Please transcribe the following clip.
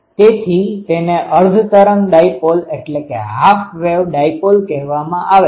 તેથી તેને અર્ધ તરંગ ડાયપોલ કહેવામાં આવે છે